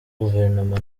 guverinoma